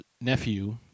nephew